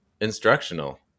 instructional